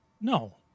No